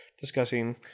discussing